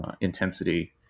intensity